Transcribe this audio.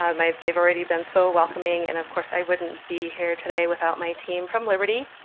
um they've they've already been so welcoming. and of course, i wouldn't be here today without my team from liberty.